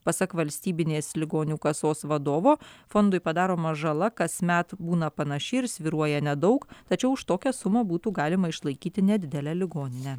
pasak valstybinės ligonių kasos vadovo fondui padaroma žala kasmet būna panaši ir svyruoja nedaug tačiau už tokią sumą būtų galima išlaikyti nedidelę ligoninę